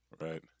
right